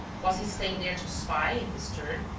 was he staying there to spy, in his turn,